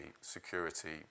security